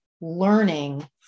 learning